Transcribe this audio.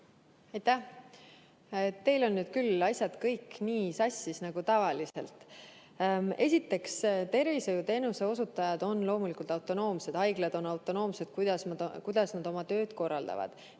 Aitäh! Teil on nüüd küll asjad kõik sassis nagu tavaliselt. Esiteks, tervishoiuteenuse osutajad on loomulikult autonoomsed, haiglad on autonoomsed selles, kuidas nad oma tööd korraldavad.